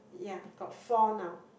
ya got four now